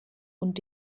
und